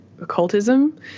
occultism